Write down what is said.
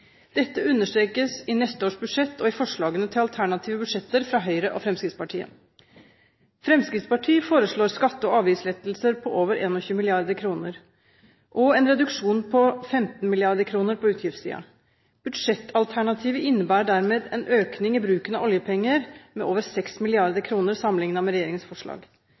Dette understrekes i neste års budsjett og i forslagene til alternative budsjetter fra Høyre og Fremskrittspartiet. Fremskrittspartiet foreslår skatte- og avgiftslettelser på over 21 mrd. kr, og på utgiftssiden en reduksjon på 15 mrd. kr. Budsjettalternativet innebærer dermed en økning i bruken av oljepenger på over 6 mrd. kr sammenlignet med regjeringens forslag.